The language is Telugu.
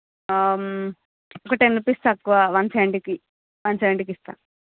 ఒక టెన్ రూపీస్ తక్కువ వన్ సెవెంటీ కి వన్ సెవెంటీ కి ఇస్తా